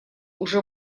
уже